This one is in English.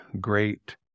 great